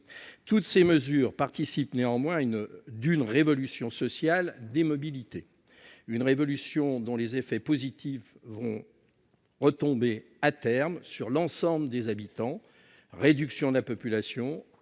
Toutes ces mesures participent néanmoins d'une révolution sociale des mobilités, une révolution dont les effets positifs se feront sentir, à terme, pour l'ensemble des habitants : réduction de la pollution